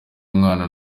mwana